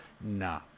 Nah